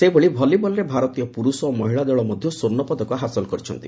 ସେହିଭଳି ଭଲିବଲ୍ରେ ଭାରତୀୟ ପୁରୁଷ ଓ ମହିଳା ଦଳ ମଧ୍ୟ ସ୍ପର୍ଣ୍ଣପଦକ ହାସଲ କରିଛି